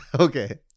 okay